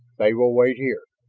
they will wait here.